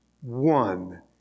one